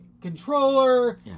controller